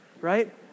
right